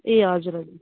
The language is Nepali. ए हजुर हजुर